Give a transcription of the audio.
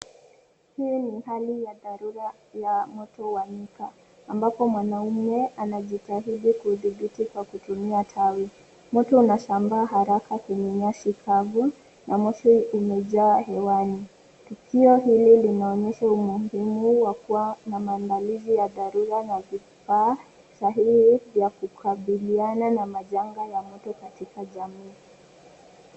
Huu ni hali ya dharura ya mto wa nyika, ambapo mwanaume anajitahidi kujidhibiti kwa kutumia tawi. Moto unasambaa kwenye nyasi kavu na moshi umejaa hewani. Tukio hili linaonyesha umuhimu wa kuwa na maandalizi ya dharura na vifaa sahihi vya kukabiliana na majanga ya moto katika jamii.